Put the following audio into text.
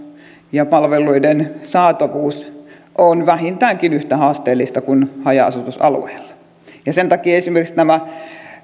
vuoksi palveluiden saatavuus on vähintäänkin yhtä haasteellista kuin haja asutusalueilla sen takia esimerkiksi näillä alueilla